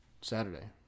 Saturday